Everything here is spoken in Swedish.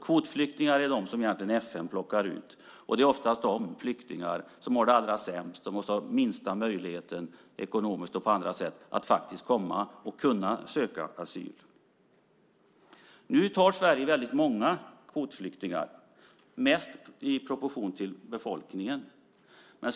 Kvotflyktingar är de som FN plockar ut, och det är oftast de som har det allra sämst och måste få möjlighet att komma och söka asyl. Sverige tar emot väldigt många kvotflyktingar. Vi är det land som tar emot mest i proportion till befolkningen.